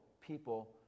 people